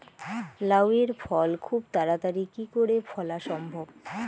লাউ এর ফল খুব তাড়াতাড়ি কি করে ফলা সম্ভব?